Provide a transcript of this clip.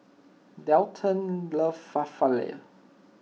Dayton loves Falafel